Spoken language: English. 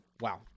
wow